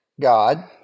God